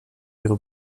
ihre